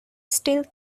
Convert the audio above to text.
still